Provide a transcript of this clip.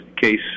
case